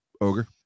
Ogre